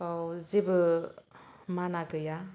बेयाव जेबो माना गैया